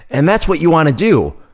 and that's what you wanna do.